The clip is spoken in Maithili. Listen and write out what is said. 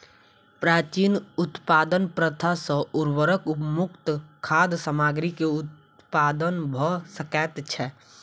प्राचीन उत्पादन प्रथा सॅ उर्वरक मुक्त खाद्य सामग्री के उत्पादन भ सकै छै